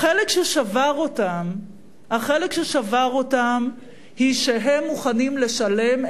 החלק ששבר אותם הוא שהם מוכנים לשלם,